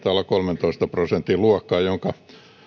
olla kolmentoista prosentin luokkaa jonka